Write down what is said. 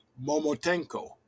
Momotenko